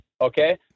okay